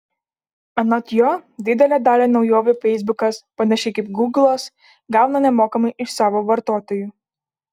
anot jo didelę dalį naujovių feisbukas panašiai kaip gūglas gauna nemokamai iš savo vartotojų